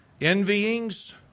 envyings